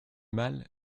mal